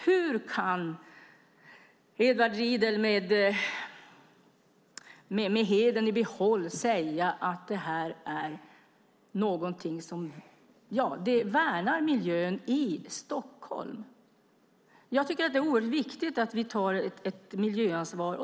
Hur kan Edward Riedl med hedern i behåll säga att det värnar miljön i Stockholm? Jag tycker att det är oerhört viktigt att vi tar ett miljöansvar.